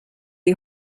est